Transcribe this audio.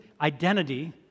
identity